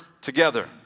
together